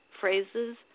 phrases